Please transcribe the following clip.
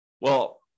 well-